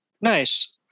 Nice